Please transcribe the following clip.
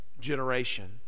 generation